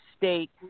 state